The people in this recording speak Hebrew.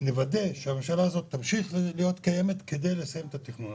נוודא שהממשלה הזאת תמשיך להתקיים כדי לסיים את התכנון.